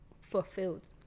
fulfilled